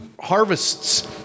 harvests